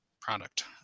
product